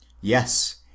Yes